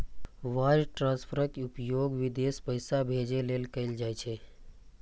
wire ट्रांसफरक उपयोग विदेश पैसा भेजै लेल कैल जाइ छै